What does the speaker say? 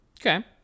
Okay